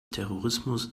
terrorismus